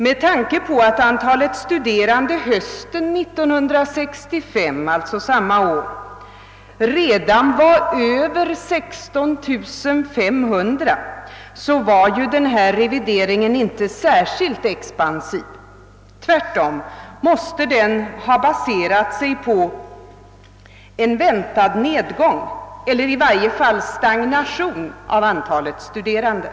Med tanke på att antalet studerande på hösten samma år, alltså 1965, redan översteg 16 500 var ju den revideringen inte särskilt expansiv. Tvärtom måste den ha baserat sig på en väntad nedgång — eller i varje fall en stagnation av antalet studerande.